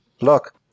Look